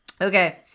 Okay